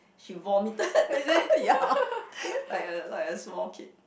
she vomited ya like a like a small kid